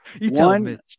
One